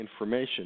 information